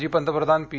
माजी पंतप्रधान पी